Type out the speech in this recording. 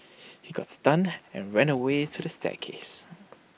he got stunned and ran away to the staircase